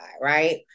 right